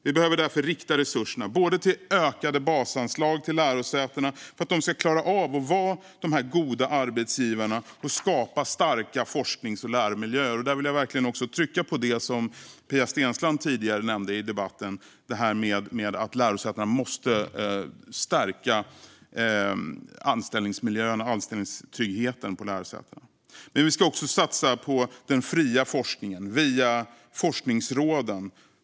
Vi behöver därför rikta resurserna till ökade basanslag till lärosätena för att de ska klara av att vara de goda arbetsgivarna och skapa starka forsknings och läromiljöer. Där vill jag verkligen trycka på det som Pia Steensland tidigare nämnde i debatten om att lärosätena måste stärka arbetsmiljöerna och anställningstryggheten. Men vi ska också satsa på den fria forskningen via forskningsråden.